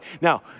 Now